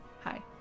hi